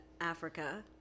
Africa